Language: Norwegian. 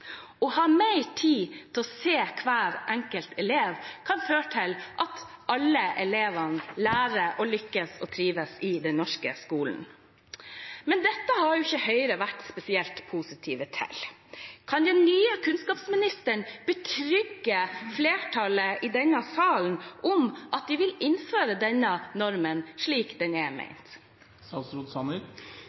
Å ha mer tid til å se hver enkelt elev kan føre til at alle elevene lærer, lykkes og trives i den norske skolen. Men dette har jo ikke Høyre vært spesielt positive til. Kan den nye kunnskapsministeren betrygge flertallet i denne salen om at de vil innføre denne normen slik den er